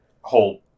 whole